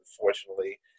unfortunately